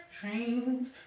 dreams